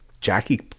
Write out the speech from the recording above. Jackie